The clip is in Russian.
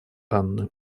анны